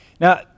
Now